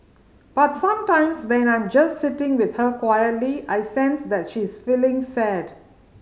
but sometimes when I'm just sitting with her quietly I sense that she is feeling sad